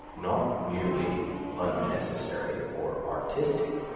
not merely unnecessary or artistic,